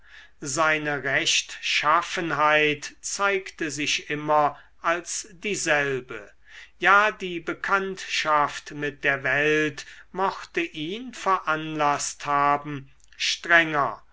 seine rechtschaffenheit zeigte sich immer als dieselbe ja die bekanntschaft mit der welt mochte ihn veranlaßt haben strenger